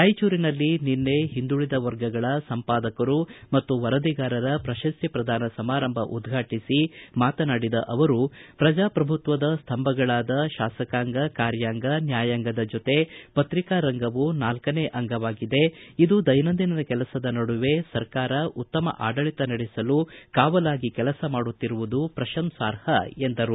ರಾಯಚೂರಿನಲ್ಲಿ ನಿನ್ನೆ ಹಿಂದುಳದ ವರ್ಗಗಳ ಸಂಪಾದಕರು ಮತ್ತು ವರದಿಗಾರರ ಪ್ರಶಸ್ತಿ ಪ್ರದಾನ ಸಮಾರಂಭ ಉದ್ವಾಟಿಸಿ ಮಾತನಾಡಿದ ಅವರು ಪ್ರಜಾಪ್ರಭುತ್ವದ ಸ್ವಂಬಗಳಾದ ಶಾಸಕಾಂಗ ಕಾರ್ಯಾಂಗ ನ್ವಾಯಂಗದ ಜೊತೆ ಪತ್ರಿಕಾ ರಂಗವೂ ನಾಲ್ಗನೇ ಅಂಗವಾಗಿದೆ ಇದು ದೈನಂದಿನ ಕೆಲಸದ ನಡುವೆ ಸರಕಾರ ಉತ್ತಮ ಆಡಳಿತ ನಡೆಸಲು ಕಾವಲಾಗಿ ಕೆಲಸ ಮಾಡುತ್ತಿರುವುದು ಪ್ರಶಂಸಾರ್ಹ ಎಂದರು